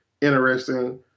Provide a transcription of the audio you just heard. interesting